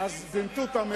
אז במטותא ממך.